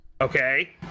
Okay